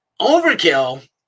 Overkill